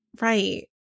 Right